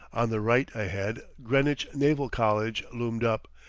on the right, ahead, greenwich naval college loomed up,